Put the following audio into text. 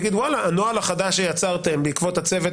יגיד: הנוהל החדש שיצרתם בעקבות הצוות